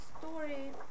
story